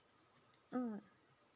mm